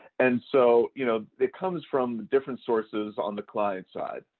and so you know it comes from different sources on the client-side.